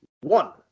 one